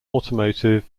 automotive